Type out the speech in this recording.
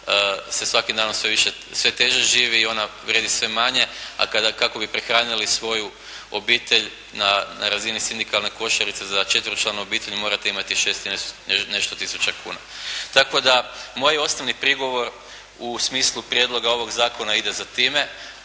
se svakim danom sve više sve teže živi i ona vrijedi sve manje, a kako bi prehranili svoju obitelj na razini sindikalne košarice za četveročlanu obitelj morate imate 6 i nešto tisuća kuna. Tako da moj osnovni prigovor u smislu prijedloga ovog zakona ide za time.